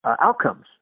outcomes